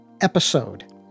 episode